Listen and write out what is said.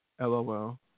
LOL